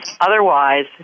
Otherwise